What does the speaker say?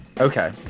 okay